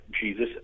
Jesus